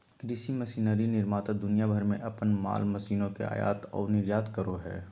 कृषि मशीनरी निर्माता दुनिया भर में अपन माल मशीनों के आयात आऊ निर्यात करो हइ